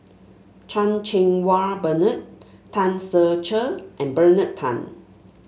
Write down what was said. Chan Cheng Wah Bernard Tan Ser Cher and Bernard Tan